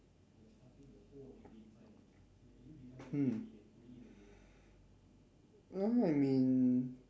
um I mean